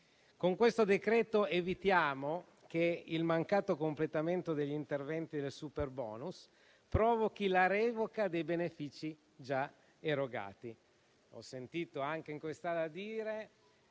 in esame evitiamo che il mancato completamento degli interventi del superbonus provochi la revoca dei benefici già erogati. Ho sentito anche in quest'Aula dire